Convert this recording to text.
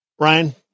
Ryan